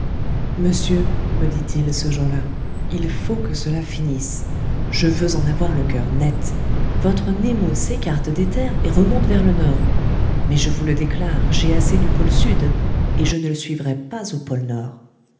monsieur me dit-il ce jour-là il faut que cela finisse je veux en avoir le coeur net votre nemo s'écarte des terres et remonte vers le nord mais je vous le déclare j'ai assez du pôle sud et je ne le suivrai pas au pôle nord